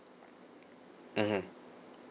mmhmm